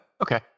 Okay